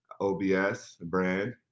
obsbrand